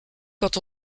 quand